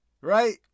right